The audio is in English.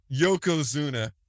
Yokozuna